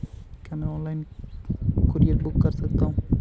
क्या मैं online courier book कर सकता हूँ?